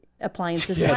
appliances